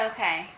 Okay